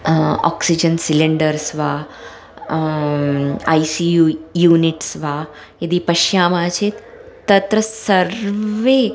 oxygen cylinders वा I C U units वा यदि पश्यामः चेत् तत्र सर्वे